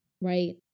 Right